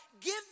give